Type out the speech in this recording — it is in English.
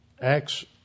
Acts